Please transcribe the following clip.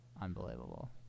Unbelievable